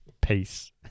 peace